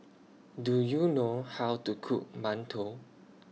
Do YOU know How to Cook mantou